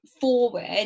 forward